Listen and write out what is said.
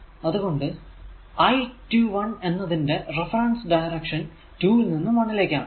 അതുകൊണ്ട് I21 എന്നതിന്റെ reference direction 2 ൽ നിന്നും 1 ലേക്കാണ്